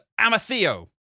Amatheo